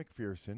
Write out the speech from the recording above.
McPherson